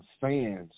fans